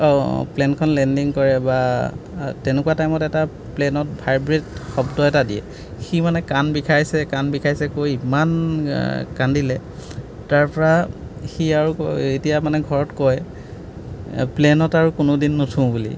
অ' প্লেনখন লেনডিং কৰে বা তেনেকুৱা টাইমত এটা প্লেনত ভাইব্ৰেট শব্দ এটা দিয়ে সি মানে কাণ বিষাইছে কাণ বিষাইছে কৈ ইমান কান্দিলে তাৰপৰা সি আৰু কয় এতিয়া মানে ঘৰত কয় প্লেনত আৰু কোনো দিন নুঠো বুলি